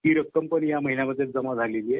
ती रक्कमही या महिन्यामध्ये जमा झालेली आहे